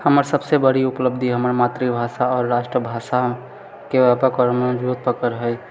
हमर सभसे बड़ी उपलब्धि हमर मातृभाषा आओर राष्ट्रीय भाषाके पकड़ मजगूत पकड़ हय